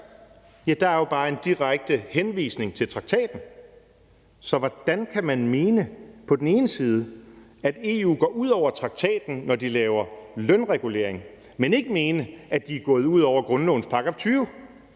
Jo, der er jo bare en direkte henvisning til traktaten. Så hvordan kan man på den ene side mene, at EU går ud over traktaten, når de laver lønregulering, men på den anden side ikke mene, at de er gået ud over grundlovens § 20?